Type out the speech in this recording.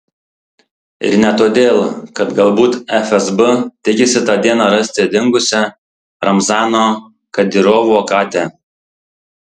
ir ne todėl kad galbūt fsb tikisi tą dieną rasti dingusią ramzano kadyrovo katę